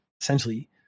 essentially